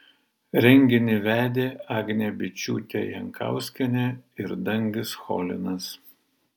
renginį vedė agnė byčiūtė jankauskienė ir dangis cholinas